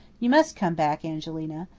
you must come back, angelina.